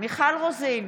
מיכל רוזין,